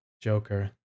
Joker